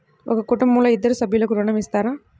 ఒక కుటుంబంలో ఇద్దరు సభ్యులకు ఋణం ఇస్తారా?